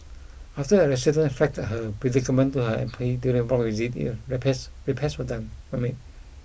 after a resident flagged her predicament to her M P during a block repairs repairs were done were made